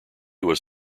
was